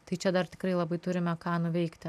tai čia dar tikrai labai turime ką nuveikti